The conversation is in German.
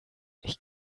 ich